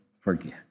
forget